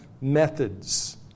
methods